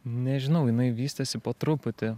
nežinau jinai vystėsi po truputį